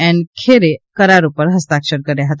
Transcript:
N ખેરે કરાર ઉપર હસ્તાક્ષર કર્યા હતા